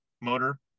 motor